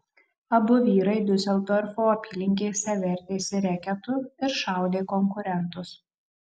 abu vyrai diuseldorfo apylinkėse vertėsi reketu ir šaudė konkurentus